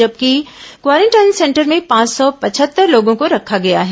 जबकि quarantine centre में पांच सौ पहचत्तर लोगों को रखा गया है